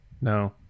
no